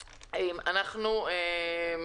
אומרת, אדם